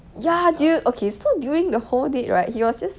ya dude okay so during the whole date right he was just